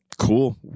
Cool